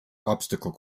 obstacle